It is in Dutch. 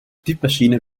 typemachine